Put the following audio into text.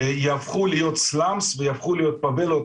יהפכו להיות "סלאמס" וייהפכו להיות פבלות,